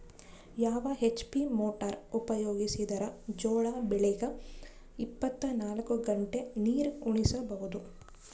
ಯಾವ HP motor ಉಪಯೋಗಿಸಿದರ ಜೋಳ ಬೆಳಿಗ ಇಪ್ಪತ ನಾಲ್ಕು ಗಂಟೆ ನೀರಿ ಉಣಿಸ ಬಹುದು?